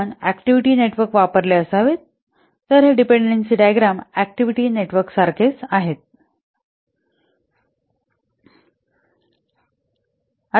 आपण activity network वापरलेले असावेत तर हे डिपेंडेंसी डायग्राम अॅक्टिव्हिटी नेटवर्कसारखेच असतात